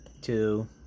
two